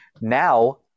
now